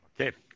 Okay